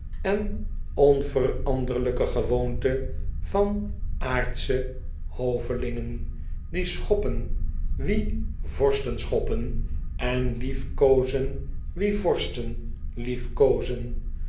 en onveranderlijke gewoonte van aardsche hovelingen die schoppen wien vorsten schoppen en liefkoozen wien vorsten liefkoozen